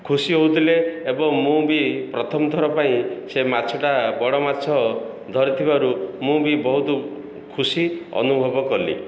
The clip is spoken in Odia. ଖୁସି ହେଉଥିଲେ ଏବଂ ମୁଁ ବି ପ୍ରଥମ ଥର ପାଇଁ ସେ ମାଛଟା ବଡ଼ ମାଛ ଧରିଥିବାରୁ ମୁଁ ବି ବହୁତ ଖୁସି ଅନୁଭବ କଲି